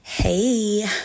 Hey